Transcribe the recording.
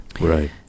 right